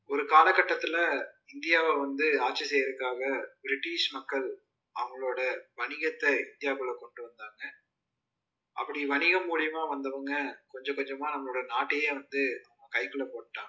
ஒரு காலக்கட்டத்தில் இந்தியாவை வந்து ஆட்சி செய்கிறதுக்காக ப்ரிட்டிஷ் மக்கள் அவங்களோடய வணிகத்தை இந்தியாவுக்குள்ளே கொண்டு வந்தாங்க அப்படி வணிகம் மூலிமா வந்தவங்க கொஞ்சகொஞ்சமாக நம்மளோடய நாட்டையே வந்து அவங்க கைக்குள்ளே போட்டுகிட்டாங்க